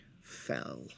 fell